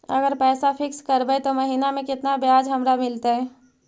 अगर पैसा फिक्स करबै त महिना मे केतना ब्याज हमरा मिलतै?